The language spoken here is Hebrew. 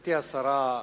גברתי השרה,